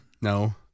No